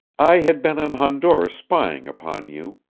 i had been in honduras spying upon you.